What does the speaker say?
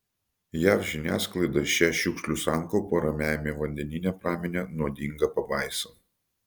jav žiniasklaida šią šiukšlių sankaupą ramiajame vandenyne praminė nuodinga pabaisa